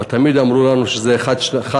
אבל תמיד אמרו לנו שזה חד-פעמי,